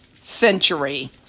century